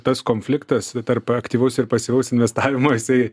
tas konfliktas tarp aktyvaus ir pasyvaus investavimo jisai